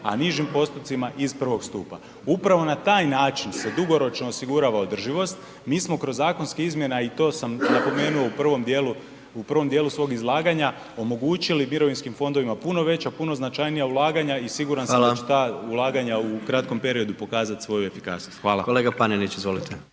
a nižim postotcima iz I. stupa. Upravo na taj način se dugoročno osigurava održivost, mi smo kroz zakonske izmjene i to sam napomenuo u prvom djelu svog izlagana, omogućili mirovinskim fondovima puno veća, puno značajnija ulaganja i siguran sam da će ta ulaganja u kratkom periodu pokazat svoju efikasnost, hvala. **Jandroković, Gordan